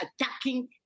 attacking